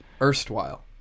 Erstwhile